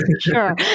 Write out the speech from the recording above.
Sure